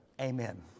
Amen